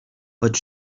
but